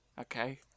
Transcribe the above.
Okay